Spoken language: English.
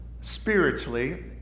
spiritually